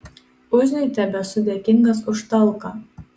uzniui tebesu dėkingas už talką